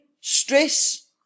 stress